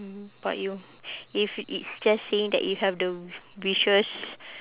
mmhmm but you if it's just saying that you have the wishes